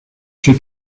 she